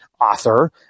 author